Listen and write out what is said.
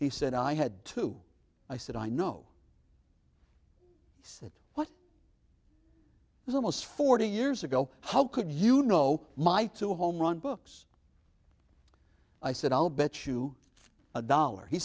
he said i had to i said i know said what is almost forty years ago how could you know my two home run books i said i'll bet you a dollar he